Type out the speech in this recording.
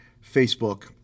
Facebook